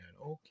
Okay